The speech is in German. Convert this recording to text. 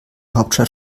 hauptstadt